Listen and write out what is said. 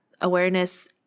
Awareness